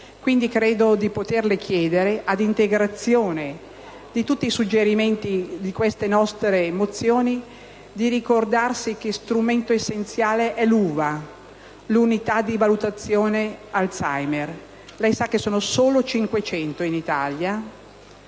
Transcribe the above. Pertanto credo di poterle chiedere, ad integrazione di tutti i suggerimenti delle nostre mozioni, di ricordarsi che strumento essenziale è l'UVA, l'unità di valutazione Alzheimer. Lei sa che sono solo 500 in Italia,